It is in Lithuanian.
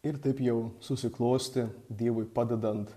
ir taip jau susiklostė dievui padedant